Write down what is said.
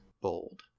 bold